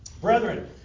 Brethren